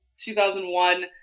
2001